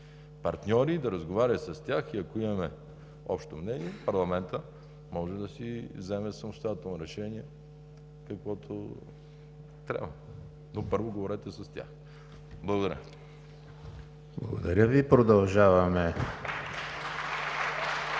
партньори, да разговаря с тях, и ако имаме общо мнение, парламентът може да си вземе самостоятелно решение, каквото трябва. Но първо говорете с тях. Благодаря. (Ръкопляскания